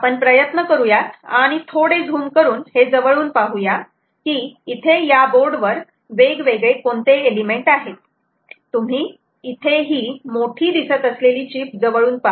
आपण प्रयत्न करूया आणि थोडे झूम करून हे जवळून पाहुया की इथे या बोर्ड वर वेगवेगळे कोणते एलिमेंट आहेत तुम्ही इथे ही मोठी दिसत असलेली चीप जवळून पहा